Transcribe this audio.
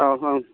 औ ओं